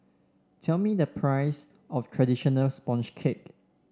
tell me the price of traditional sponge cake